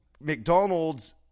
McDonald's